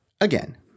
again